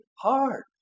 hard